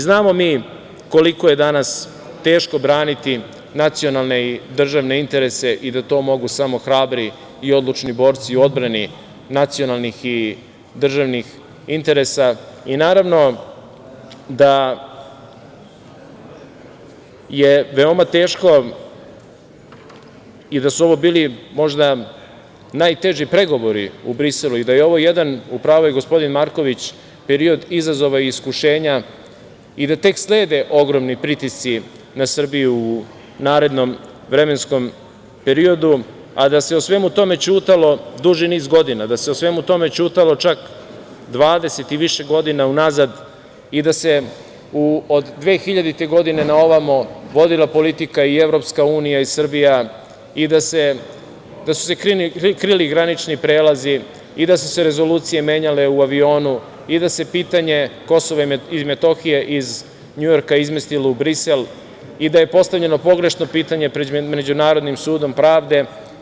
Znamo mi koliko je danas teško braniti nacionalne i državne interese i da to mogu samo hrabri i odlučni borci u odbrani nacionalnih i državnih interesa i naravno da je veoma teško i da su ovo bili možda najteži pregovori u Briselu i da je ovo jedan, u pravu je gospodin Marković, period izazova i iskušenja i da tek slede ogromni pritisci na Srbiju u narednom vremenskom periodu, a da se o svemu tome ćutalo duži niz godina, da se o svemu tome ćutalo čak 20 i više godina unazad i da se od 2000. godine na ovamo vodila politika i EU i Srbija i da su se krili granični prelazi i da su se rezolucije menjale u avionu i da se pitanje Kosova i Metohije iz Njujorka izmestilo u Brisel i da je postavljeno pogrešno pitanje pred Međunarodnim sudom pravde.